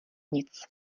nic